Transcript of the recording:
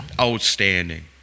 outstanding